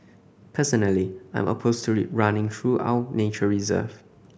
personally I'm opposed to it running through our nature reserve